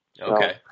Okay